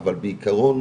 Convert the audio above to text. אבל בעיקרון